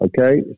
Okay